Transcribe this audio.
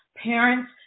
Parents